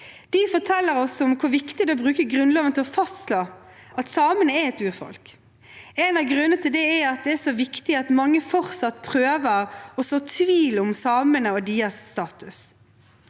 De forteller oss om hvor viktig det er å bruke Grunnloven til å fastslå at samene er et urfolk. En av grunnene til at det er så viktig, er at mange fortsatt prøver å så tvil om samene og deres status.